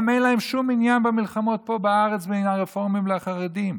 אין להם שום עניין במלחמות פה בארץ בין הרפורמים לחרדים.